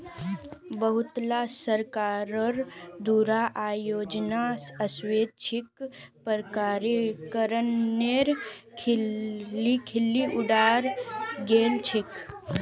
बहुतला सरकारोंर द्वारा आय योजनार स्वैच्छिक प्रकटीकरनेर खिल्ली उडाल गेल छे